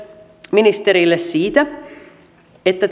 ministerille myös siitä että